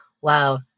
wow